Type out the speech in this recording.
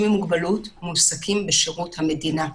עם מוגבלות שמועסקים בשירות המדינה.